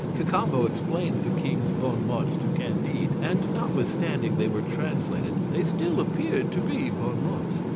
cacambo explained the king's bon-mots to candide, and notwithstanding they were translated they still appeared to be bon-mots.